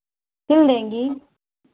सिल देंगी